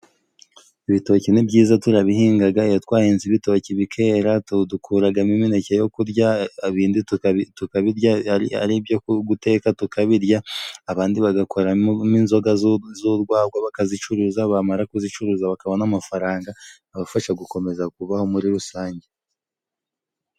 Ibitoki ni byiza turabihingaga iyo twahinze ibitoki bi kera dukuragamo imineke yo kurya ,ibindi aribyo guteka tukabirya abandi bagakoraminzoga z'urwarwa bakazicuruza bamara kuzicuruza bakabona amafaranga abafasha gukomeza kubaho muri rusange.